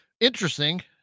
Interesting